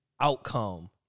outcome